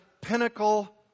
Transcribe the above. pinnacle